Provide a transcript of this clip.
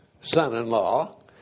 son-in-law